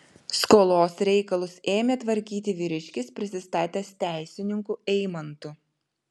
skolos reikalus ėmė tvarkyti vyriškis prisistatęs teisininku eimantu